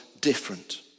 different